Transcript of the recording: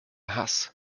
hass